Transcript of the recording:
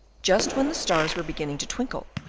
just when the stars were beginning to twinkle,